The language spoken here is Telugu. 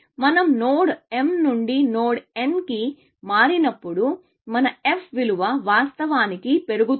మనం నోడ్ m నుండి నోడ్ n కి మారినప్పుడు మన f విలువ వాస్తవానికి పెరుగుతుంది